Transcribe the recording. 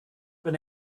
been